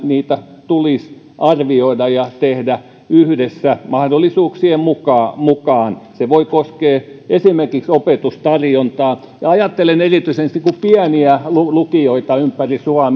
niitä tulisi arvioida ja tehdä yhdessä mahdollisuuksien mukaan se voi koskea esimerkiksi opetustarjontaa ja ajattelen erityisesti pieniä lukioita ympäri suomea